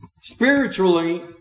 spiritually